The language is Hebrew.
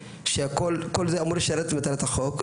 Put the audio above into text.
שכל זה אמור לשרת את מטרת החוק,